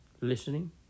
listening